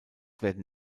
werden